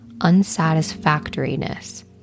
unsatisfactoriness